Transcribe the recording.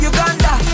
Uganda